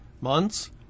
months